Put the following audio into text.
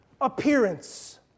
appearance